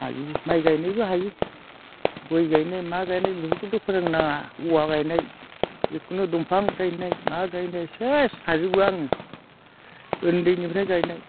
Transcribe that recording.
हायो माइ गायनायबो हायो गय गायनाय मा गायनाय बेफोरखौथ' फोरोंनाङा औवा गायनाय जेखुनु दंफां गायनाय मा गायनाय सेस हाजोबो आङो उन्दैनिफ्राय गायनाय